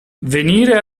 venire